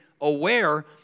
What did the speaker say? aware